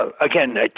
again